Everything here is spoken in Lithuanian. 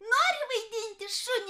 nori vaidinti šunį